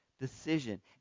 decision